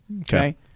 Okay